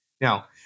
Now